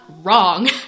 wrong